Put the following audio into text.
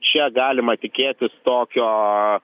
čia galima tikėtis tokio